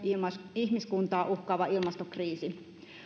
ihmiskuntaa uhkaava ilmastokriisi